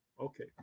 Okay